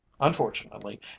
Unfortunately